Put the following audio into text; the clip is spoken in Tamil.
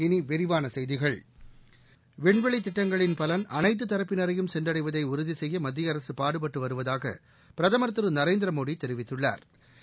இனி விரிவான செய்திகள் விண்வெளி திட்டங்களின் பலன் அனைத்துதரப்பினரையும் சென்றடைவதை உறுதி செய்ய மத்திய அரசு பாடுபட்டு வருவதாக பிரதம் திரு நரேந்திர மோடி தெரிவித்துள்ளாா்